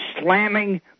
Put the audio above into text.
slamming